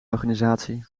organisatie